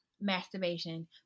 masturbation